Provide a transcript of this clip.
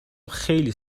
خیلی